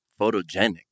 photogenic